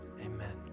Amen